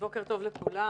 בוקר טוב לכולם.